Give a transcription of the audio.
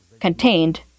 contained